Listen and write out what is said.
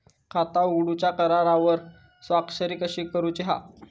खाता उघडूच्या करारावर स्वाक्षरी कशी करूची हा?